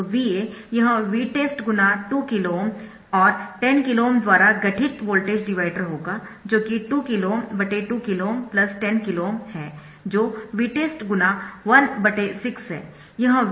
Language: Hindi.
तो VAयह Vtest × 2 KΩ और 10 KΩ द्वारा गठित वोल्टेज डिवाइडर होगा जो कि 2KΩ2 KΩ 10 KΩ है जो Vtest × 16 है